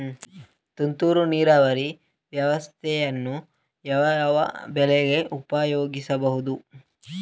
ತುಂತುರು ನೀರಾವರಿ ವ್ಯವಸ್ಥೆಯನ್ನು ಯಾವ್ಯಾವ ಬೆಳೆಗಳಿಗೆ ಉಪಯೋಗಿಸಬಹುದು?